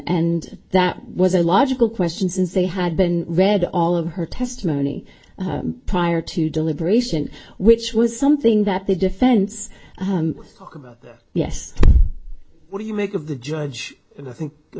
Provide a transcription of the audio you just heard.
and that was a logical question since they had been read all of her testimony prior to deliberation which was something that the defense about yes what do you make of the judge and i think the